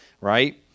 right